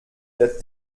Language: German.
der